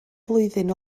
flwyddyn